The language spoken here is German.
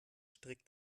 strick